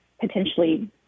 potentially